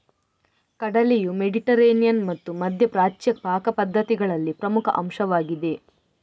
ಕಡಲೆಯು ಮೆಡಿಟರೇನಿಯನ್ ಮತ್ತು ಮಧ್ಯ ಪ್ರಾಚ್ಯ ಪಾಕ ಪದ್ಧತಿಗಳಲ್ಲಿ ಪ್ರಮುಖ ಅಂಶವಾಗಿದೆ